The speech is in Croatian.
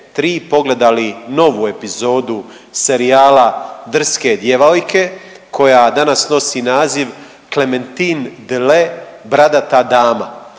i 55 na HRT 3 pogledali novu epizodu serijala Drske djevojke koja danas nosi naziv Clementine Delait, bradata dama.